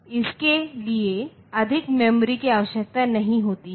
इसके लिए अधिक मेमोरी की आवश्यकता नहीं होती है